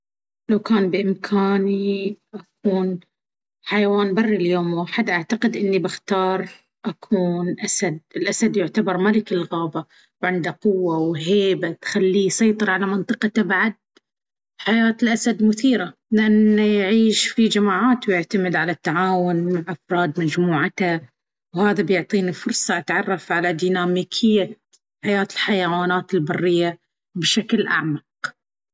لو كان بإمكاني أكون حيوان بري ليوم واحد، أعتقد أني بأختار أكون أسد. الأسد يعتبر ملك الغابة، وعنده قوة وهيبة تخليه يسيطر على منطقته. بعد، حياة الأسد مثيرة لأنه يعيش في جماعات ويعتمد على التعاون مع أفراد مجموعته، وهذا بيعطيني فرصة أتعرف على ديناميكية حياة الحيوانات البرية بشكل أعمق.